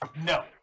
No